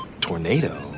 tornado